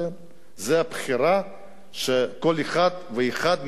זו הבחירה שכל אחד ואחד מהם בחר.